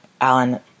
Alan